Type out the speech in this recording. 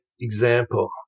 example